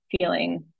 feeling